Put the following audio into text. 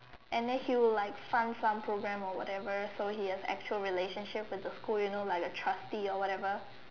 and then he will like fund some program or what ever so he have actual relationship with the school you know like a trustee or what ever